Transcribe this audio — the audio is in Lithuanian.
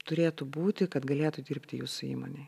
turėtų būti kad galėtų dirbti jūsų įmonėj